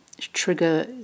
trigger